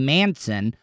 Manson